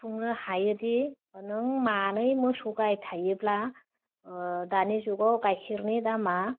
फुंनो हायोदि नों मानै मोसौ गाइ थायोब्ला ओह दानि जुगाव गाइखेरनि दामा